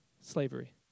Slavery